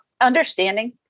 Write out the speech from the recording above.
understanding